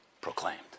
proclaimed